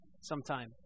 sometime